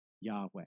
Yahweh